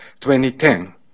2010